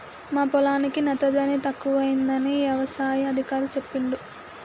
మా పొలానికి నత్రజని తక్కువైందని యవసాయ అధికారి చెప్పిండు